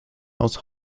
aus